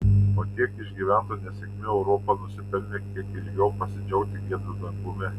po tiek išgyventų nesėkmių europa nusipelnė kiek ilgiau pasidžiaugti giedru dangumi